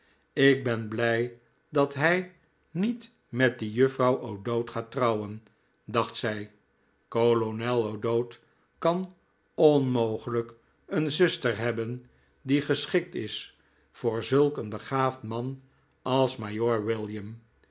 ik ben blij dat hij niet met die juffrouw o'dowd gaat trouwen dacht zij kolonel o'dowd kan onmogelijk een zuster hebben die geschikt is voor zulk een begaafd man als majoor william